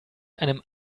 einem